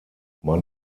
man